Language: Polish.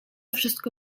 wszystko